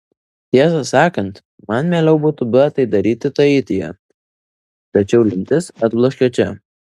tiesą sakant man mieliau būtų buvę tai daryti taityje tačiau lemtis atbloškė čia